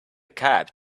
cab